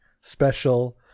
special